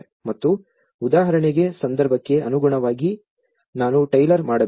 ಮತ್ತು ಉದಾಹರಣೆಗೆ ಸಂದರ್ಭಕ್ಕೆ ಅನುಗುಣವಾಗಿ ನಾನು ಟೈಲರ್ ಮಾಡಬೇಕು